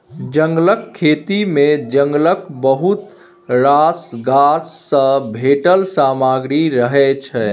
जंगलक खेती मे जंगलक बहुत रास गाछ सँ भेटल सामग्री रहय छै